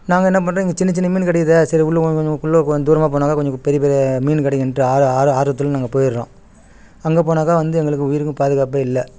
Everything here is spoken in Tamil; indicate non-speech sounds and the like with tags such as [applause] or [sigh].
நாங்கள் என்ன பண்ணுறோம் இங்கே சின்ன சின்ன மீன் கிடைக்கிதா சரி உள்ள [unintelligible] உள்ளே கொஞ்சம் தூரமாக போனால் தான் கொஞ்சம் பெரிய பெரிய மீன் கிடைக்குன்ட்டு ஆர் ஆர் ஆர்வத்தில் நாங்கள் போயிடுறோம் அங்கே போனாக்கா வந்து எங்களுக்கு உயிருக்கும் பாதுகாப்பே இல்லை